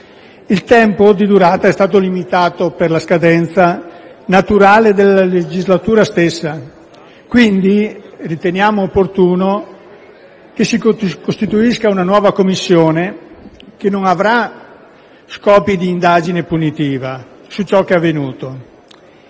Il tempo di durata è stato limitato, per la scadenza naturale della legislatura stessa. Pertanto, riteniamo opportuno che si costituisca una nuova Commissione, che non avrà scopi di indagine punitiva su ciò che è avvenuto.